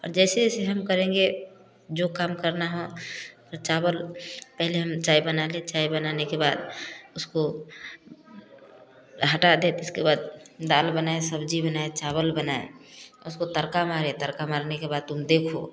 और जैसे जैसे हम करेंगे जो काम करना हो और चावल पहले हम चाय बना लें चाय बनाने के बाद उसको हटा देते उसके बाद दाल बनाएँ सब्जी बनाएँ चावल बनाएँ उसको तड़का मारे तड़का मारने के बाद तुम देखो